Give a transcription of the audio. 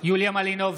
יוליה מלינובסקי,